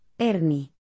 Ernie